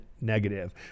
negative